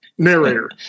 narrator